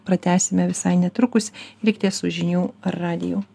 pratęsime visai netrukus likite su žinių radijų